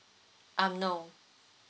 um no